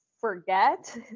Forget